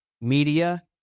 media